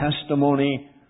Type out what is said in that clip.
testimony